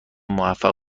موفق